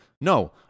no